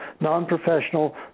non-professional